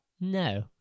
No